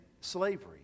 slavery